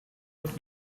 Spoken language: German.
wird